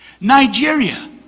Nigeria